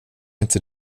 inte